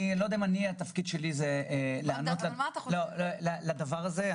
אני לא יודע אם התפקיד שלי הוא לענות על הדבר הזה.